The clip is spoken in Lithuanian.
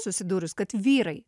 susidūrus kad vyrai